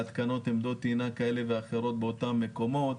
להתקנת עמדות טעינה כאלה ואחרות באותם מקומות,